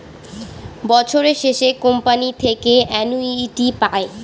বছরের শেষে কোম্পানি থেকে অ্যানুইটি পায়